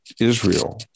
Israel